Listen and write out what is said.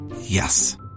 Yes